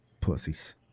pussies